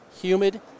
humid